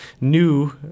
new